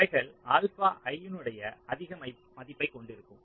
அவைகள் alpha i னுடைய அதிக மதிப்பைக் கொண்டிருக்கும்